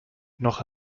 noch